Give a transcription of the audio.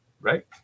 right